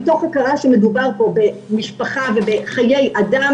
מתוך הכרה שמדובר בפה במשפחה ובחיי אדם